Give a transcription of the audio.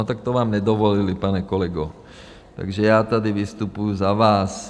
No, tak to vám nedovolili, pane kolego, takže já tady vystupuji za vás.